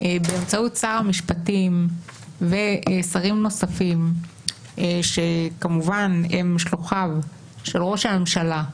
באמצעות שר המשפטים ושרים נוספים שכמובן הם שלוחיו של ראש הממשלה,